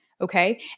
okay